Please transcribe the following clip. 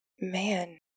Man